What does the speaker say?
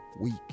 Weak